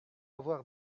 avoir